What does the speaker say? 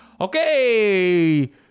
Okay